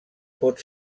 pot